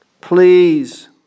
Please